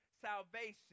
salvation